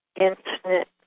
Infinite